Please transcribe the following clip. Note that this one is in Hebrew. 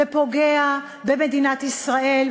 ופוגע במדינת ישראל,